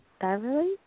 Beverly